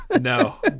No